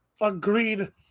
Agreed